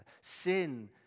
Sin